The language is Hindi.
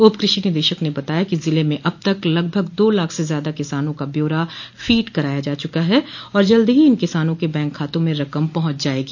उप कृषि निदेशक ने बताया कि जिले में अब तक लगभग दो लाख से ज़्यादा किसानों का ब्यौरा फीड कराया जा चुका है और जल्द ही इन किसानों के बैंक खातों में रकम पहुंच जायेगी